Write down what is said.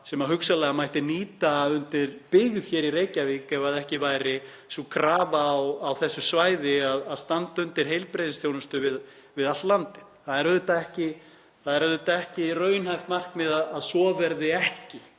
sem hugsanlega mætti nýta undir byggð í Reykjavík ef ekki væri sú krafa á þessu svæði að standa undir heilbrigðisþjónustu við allt landið. Það er auðvitað ekki raunhæft markmið að svo verði ekki,